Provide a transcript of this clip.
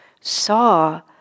saw